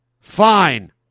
Fine